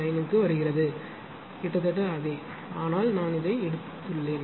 0098039 வருகிறது கிட்டத்தட்ட அதே ஆனால் நான் இதை எடுத்துள்ளேன்